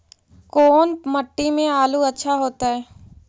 कोन मट्टी में आलु अच्छा होतै?